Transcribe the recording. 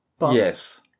Yes